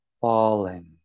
falling